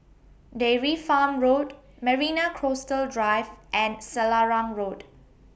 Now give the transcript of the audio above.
Dairy Farm Road Marina Coastal Drive and Selarang Road